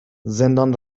زندان